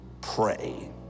pray